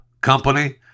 company